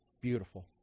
beautiful